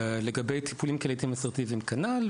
לגבי טיפולים קהילתיים אסרטיביים כנ"ל,